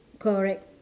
correct